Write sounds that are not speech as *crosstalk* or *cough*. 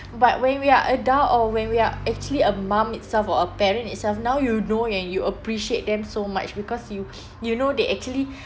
but when we are adult or when we are actually a mum itself or a parent itself now you know and you appreciate them so much because you *noise* you know they actually